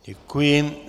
Děkuji.